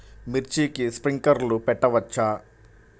మిర్చికి స్ప్రింక్లర్లు పెట్టవచ్చా?